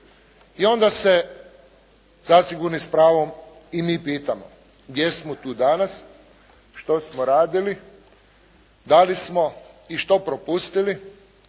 I onda se zasigurno s pravom i mi pitamo, gdje smo tu danas, što smo radili, da li smo i što propustili.